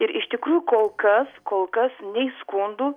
ir iš tikrųjų kol kas kol kas nei skundų